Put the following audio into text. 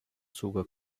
zuge